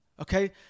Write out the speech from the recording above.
Okay